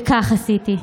וכך עשיתי.